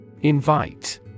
Invite